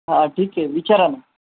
हा ठीक आहे विचारा ना